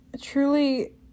truly